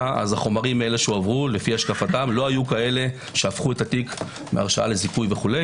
החומרים שהועברו לפי השקפתם לא היו כאלה שהפכו את התיק מהרשעה לזיכוי וכו'.